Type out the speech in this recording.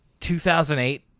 2008